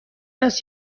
است